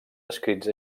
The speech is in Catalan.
escrits